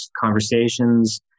conversations